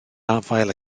afael